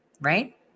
right